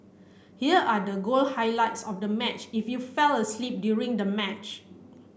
here are the goal highlights of the match if you fell asleep during the match